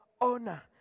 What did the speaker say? honor